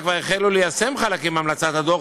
כבר החלו ליישם חלקים מהמלצות הדוח,